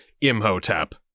Imhotep